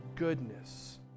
Goodness